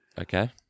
Okay